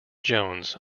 jones